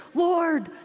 lord,